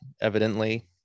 evidently